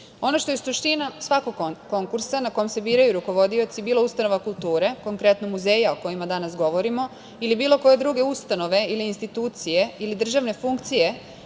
Ono što je suština svakog konkursa na kom se biraju rukovodioci, bilo ustanova kulture, konkretno muzeja o kojima danas govorimo, ili bilo koje druge ustanove ili institucije ili državne funkcije,